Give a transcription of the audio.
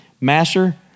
Master